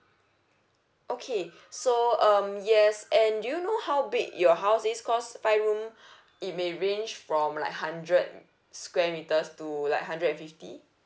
okay so um yes and do you know how big your house is because five room it may range from like hundred square metres to like hundred and fifty